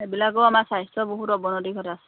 সেইবিলাকেও আমাৰ স্বাস্থ্যৰ বহুত অৱনতি ঘটাইছে